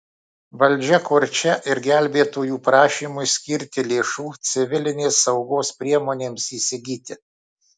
valdžia kurčia ir gelbėtojų prašymui skirti lėšų civilinės saugos priemonėms įsigyti